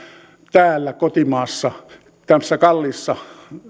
täällä kotimaassa tässä kalliissa